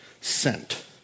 sent